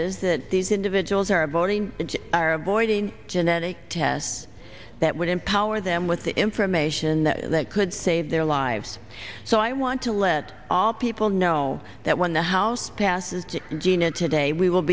is that these individuals are voting and are avoiding genetic tests that would empower them with the information that could save their lives so i want to let all people know that when the house passes to gina today we will